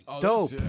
dope